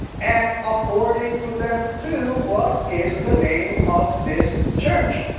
and according to them too, what is the name of this church?